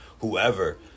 whoever